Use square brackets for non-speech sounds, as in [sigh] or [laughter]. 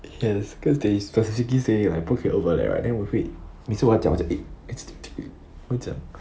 yes cause they specifically say like 不可以 overlap right then 我会每次他讲我就 eh [noise] 不要讲